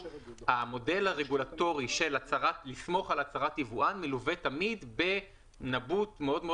המודל הרגולטורי של לסמוך על הצהרת יבואן מלווה תמיד בנבוט מאוד-מאוד